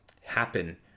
happen